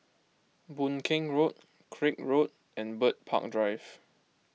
Boon Keng Road Craig Road and Bird Park Drive